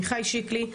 עמיחי שיקלי,